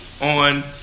on